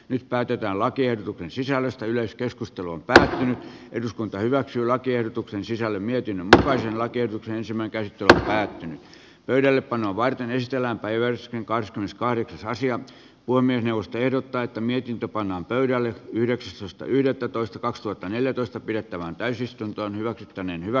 nyt päätetään lakiehdotuksen sisällöstä yleiskeskustelun tänään eduskunta hyväksyi lakiehdotuksen sisällä myyty tasaisella keitokseen tämän käyttö päättynyt pöydällepanoa varten ystävänpäivä on kahdeskymmeneskahdeksas sija voimien johto ehdottaa että mietintö pannaan pöydälle yhdeksästoista yhdettätoista kaksituhattaneljätoista pidettävään täysistuntoon hyvä toinen hyvä